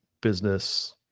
business